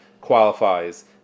qualifies